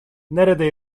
nerede